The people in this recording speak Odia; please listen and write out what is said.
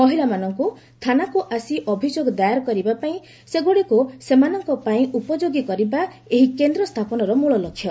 ମହିଳାମାନଙ୍କୁ ଥାନାକୁ ଆସି ଅଭିଯୋଗ ଦାଏର କରିବା ପାଇଁ ସେଗୁଡ଼ିକୁ ସେମାନଙ୍କ ପାଇଁ ଉପଯୋଗୀ କରିବା ଏହି କେନ୍ଦ୍ର ସ୍ଥାପନର ମୂଳ ଲକ୍ଷ୍ୟ